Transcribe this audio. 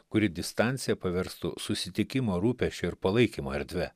kuri distanciją paverstų susitikimo rūpesčio ir palaikymo erdve